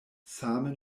same